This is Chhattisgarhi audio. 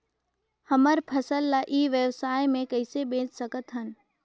हमर फसल ल ई व्यवसाय मे कइसे बेच सकत हन?